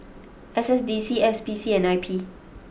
S S D C S P C and I P